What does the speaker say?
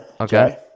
Okay